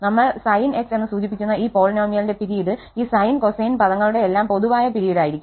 നമ്മൾ Sn എന്ന് സൂചിപ്പിക്കുന്ന ഈ പോളിനോമിയലിന്റെ പിരീഡ് ഈ സൈൻ കൊസൈൻ പദങ്ങളുടെയെല്ലാം പൊതുവായ പിരീഡായിരിക്കും